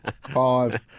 five